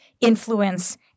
influence